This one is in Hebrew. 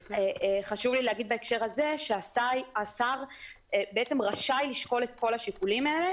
חשוב לי להגיד בהקשר הזה שהשר רשאי לשקול את כל השיקולים האלה,